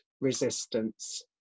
resistance